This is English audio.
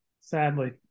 sadly